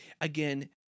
again